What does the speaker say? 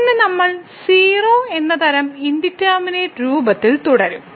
ഇന്ന് നമ്മൾ 0x∞ എന്ന തരം ഇൻഡിറ്റർമിനെറ്റ് രൂപത്തിൽ തുടരും